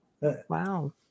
wow